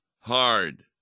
hard